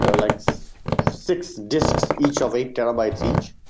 ah like six six disks each of eight terabytes each.